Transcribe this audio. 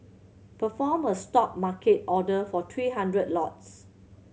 perform a Stop market order for three hundred lots